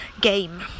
game